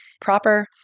proper